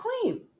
clean